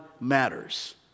matters